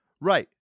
Right